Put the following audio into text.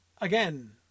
again